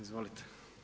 Izvolite.